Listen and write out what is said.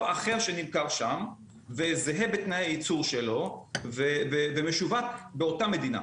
אחר שנמכר שם וזהה בתנאי הייצור שלו ומשווק באותה מדינה.